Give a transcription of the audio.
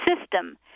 system –